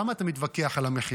למה אתה מתווכח על המחיר?